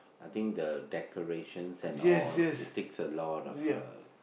I think the decorations and all it takes a lot of uh